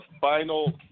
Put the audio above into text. final